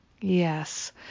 Yes